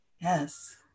Yes